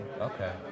Okay